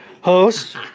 host